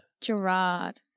Gerard